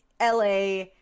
LA